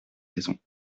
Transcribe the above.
raisons